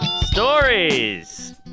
Stories